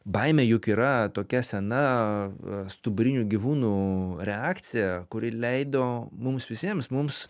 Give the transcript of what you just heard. baimė juk yra tokia sena stuburinių gyvūnų reakcija kuri leido mums visiems mums